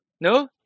No